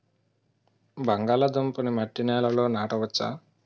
బంగాళదుంప నీ మట్టి నేలల్లో నాట వచ్చా?